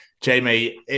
Jamie